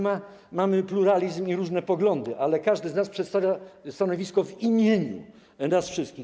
Mamy pluralizm i różne poglądy, ale każdy z nas przedstawia stanowisko w imieniu nas wszystkich.